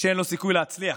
שאין לו סיכוי להצליח,